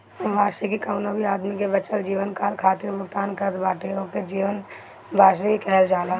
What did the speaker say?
वार्षिकी कवनो भी आदमी के बचल जीवनकाल खातिर भुगतान करत बाटे ओके जीवन वार्षिकी कहल जाला